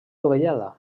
dovellada